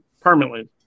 permanently